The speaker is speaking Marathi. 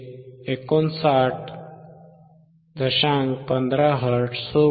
15 हर्ट्झ होती